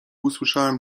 usłyszałam